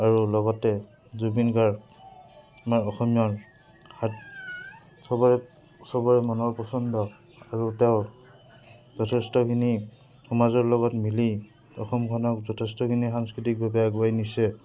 আৰু লগতে জুবিন গাৰ্গ আমাৰ অসমীয়াৰ হাত চবৰে চবৰে মনৰ পচন্দ আৰু তেওঁৰ যথেষ্টখিনি সমাজৰ লগত মিলি অসমখনক যথেষ্টখিনি সাংস্কৃতিকভাৱে আগুৱাই নিছে